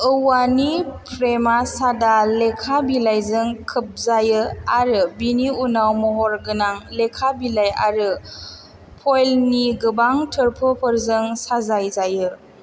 औवानि फ्रेमा सादा लेखा बिलायजों खोबजायो आरो बिनि उनाव महर गोनां लेखा बिलाय आरो फइलनि गोबां थोर्फोफोरजों साजाय जायो